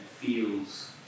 feels